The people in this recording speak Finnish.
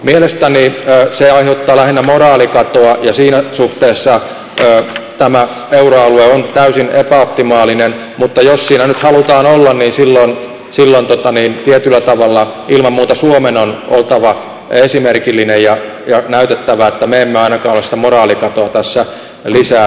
mielestäni se aiheuttaa lähinnä moraalikatoa ja siinä suhteessa tämä euroalue on täysin epäoptimaalinen mutta jos siinä nyt halutaan olla niin silloin tietyllä tavalla ilman muuta suomen on oltava esimerkillinen ja näytettävä että me emme ainakaan ole sitä moraalikatoa tässä lisää ruokkimassa